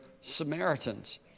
Samaritans